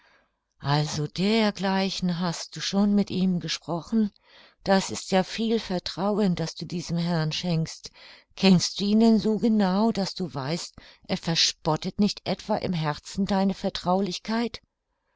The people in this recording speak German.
also dergleichen hast du schon mit ihm gesprochen das ist ja viel vertrauen das du diesem herrn schenkst kennst du ihn denn so genau daß du weißt er verspottet nicht etwa im herzen deine vertraulichkeit